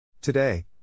Today